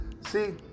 See